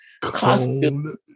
costume